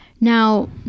Now